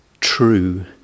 True